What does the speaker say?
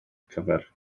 cyfer